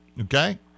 Okay